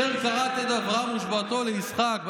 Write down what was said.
אשר כרת את אברהם ושבועתו לישחק.